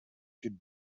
could